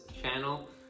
channel